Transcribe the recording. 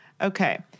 Okay